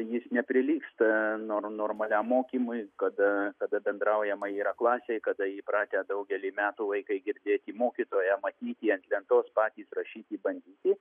jis neprilygsta nor normaliam mokymui kada kada bendraujama yra klasėj kada įpratę daugelį metų vaikai girdėti mokytoją matyti ant lentos patys rašyti bandyti